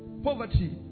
Poverty